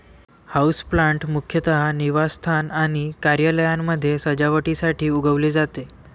houseplant मुख्यतः निवासस्थान आणि कार्यालयांमध्ये सजावटीसाठी उगवले जाते